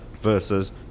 versus